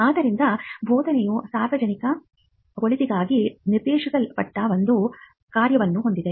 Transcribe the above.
ಆದ್ದರಿಂದ ಬೋಧನೆಯು ಸಾರ್ವಜನಿಕರ ಒಳಿತಿಗಾಗಿ ನಿರ್ದೇಶಿಸಲ್ಪಟ್ಟ ಒಂದು ಕಾರ್ಯವನ್ನು ಹೊಂದಿತ್ತು